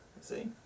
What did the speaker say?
see